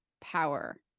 power